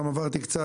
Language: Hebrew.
גם עברתי קצת,